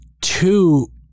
two